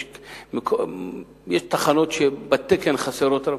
יש תחנות שחסרות בתקן.